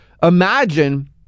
Imagine